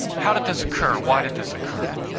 how did this occur? why did this occur?